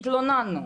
התלוננו,